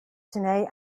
tonight